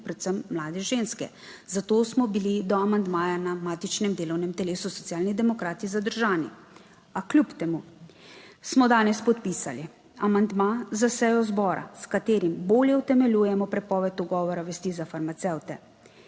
predvsem mlade ženske. Zato smo bili do amandmaja na matičnem delovnem telesu Socialni demokrati zadržani, a kljub temu smo danes podpisali amandma za sejo zbora, s katerim bolje utemeljujemo prepoved ugovora vesti za farmacevte.